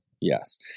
Yes